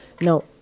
no